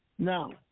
Now